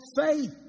faith